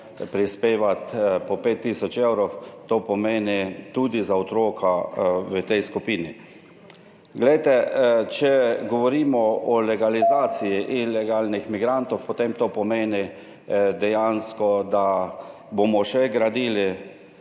prispevati po 5 tisoč evrov, to pomeni tudi za otroka v tej skupini. Glejte, če govorimo o legalizaciji ilegalnih migrantov, potem to pomeni, dejansko, da bomo še gradili